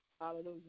Hallelujah